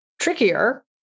trickier